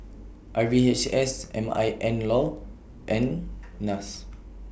R V H S M I N law and Nas